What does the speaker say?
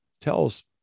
tells